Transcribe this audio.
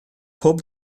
pob